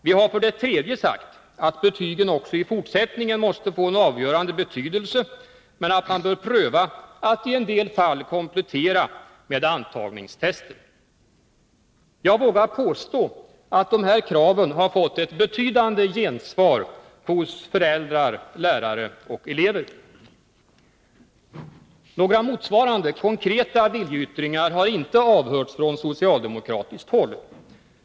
Vi har för det tredje sagt att betygen också i fortsättningen måste få en avgörande betydelse men att man bör pröva att i en del fall komplettera med antagningstester. Jag vågar påstå att de här kraven har fått . ett betydande gensvar hos föräldrar, lärare och elever. Några motsvarande konkreta viljeyttringar har inte avhörts från socialdemokratiskt håll.